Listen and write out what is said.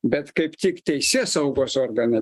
bet kaip tik teisėsaugos organai